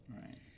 Right